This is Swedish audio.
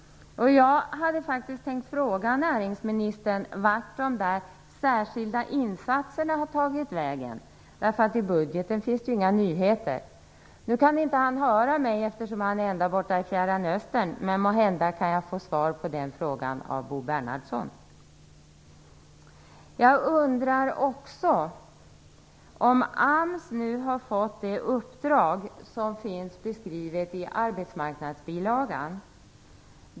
Jag hade tänkt fråga näringsministern vart dessa "särskilda insatser" har tagit vägen. I budgeten finns det ju inga nyheter. Nu kan näringsministern inte höra mig, eftersom han är ända borta i Fjärran östern, men måhända kan jag få svar på den frågan av Bo Bernhardsson. Jag undrar också om AMS nu har fått det uppdrag som finns beskrivet i arbetsmarknadsbilagan.